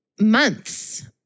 months